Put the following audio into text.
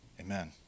amen